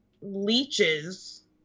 leeches